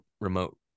remote